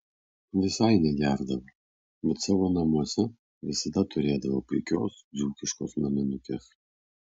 visai negerdavo bet savo namuose visada turėdavo puikios dzūkiškos naminukės